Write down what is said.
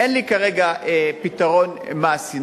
כרגע אין לי פתרון מעשי.